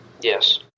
Yes